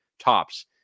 tops